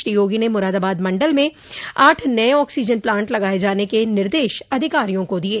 श्री योगी ने मुरादाबाद मंडल में आठ नये ऑक्सीजन प्लांट लगाये जाने के निर्देश अधिकारियों को दिये